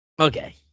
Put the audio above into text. Okay